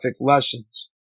Lessons